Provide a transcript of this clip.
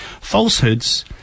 falsehoods